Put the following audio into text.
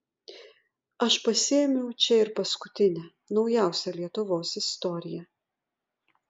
aš pasiėmiau čia ir paskutinę naujausią lietuvos istoriją